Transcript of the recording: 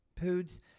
Poods